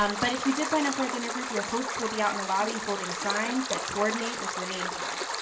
um but if you did sign up for a dinner group, your hosts will be out in the lobby holding signs that coordinate with your name tag.